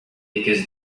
because